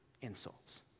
insults